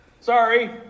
Sorry